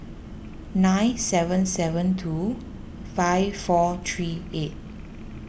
nine seven seven two five four three eight